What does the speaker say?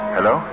Hello